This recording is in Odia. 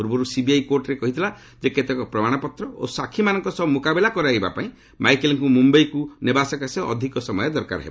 ପୂର୍ବରୁ ସିବିଆଇ କୋର୍ଟରେ କହିଥିଲା କେତେକ ପ୍ରମାଣପତ୍ର ଓ ସାଖିମାନଙ୍କ ସହ ମୁକାବିଲା କରାଇବା ପାଇଁ ମାଇକେଲଙ୍କୁ ମୁମ୍ୟାଇକୁ ନେବା ସକାଶେ ଅଧିକ ସମୟ ଦରକାର ହେବ